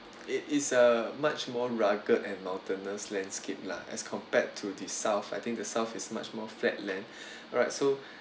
it is a much more rugged and mountainous landscape lah as compared to the south I think the south is much more flatland alright so